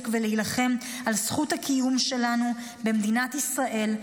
להילחם על זכות הקיום שלנו במדינת ישראל,